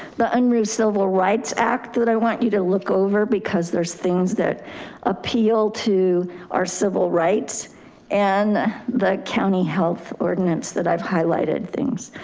the unruh civil rights act that i want you to look over because there's things that appeal to our civil rights and the county health ordinance that i've highlighted things.